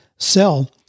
sell